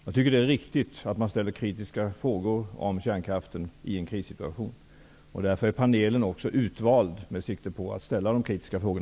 Jag tycker att det är riktigt att man ställer kritiska frågor om kärnkraften i en krissituation. Därför är panelen utvald med sikte på kritiska frågor.